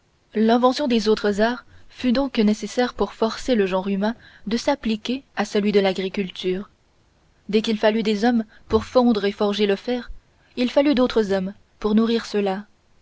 l'invention des autres arts fut donc nécessaire pour forcer le genre humain de s'appliquer à celui de l'agriculture dès qu'il fallut des hommes pour fondre et forger le fer il fallut d'autres hommes pour nourrir